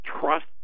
Trust